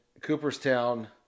Cooperstown